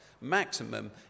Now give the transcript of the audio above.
Maximum